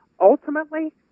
ultimately